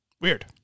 Weird